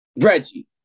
Reggie